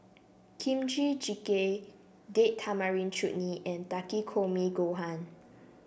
Kimchi Jjigae Date Tamarind Chutney and Takikomi Gohan